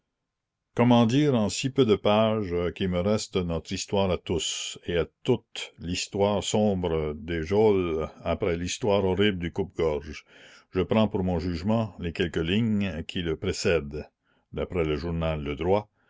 comment dire en si peu de pages qui me restent notre histoire à tous et à toutes l'histoire sombre des geôles après l'histoire horrible du coupe-gorge je prends pour mon jugement les quelques lignes qui le précèdent d'après le journal le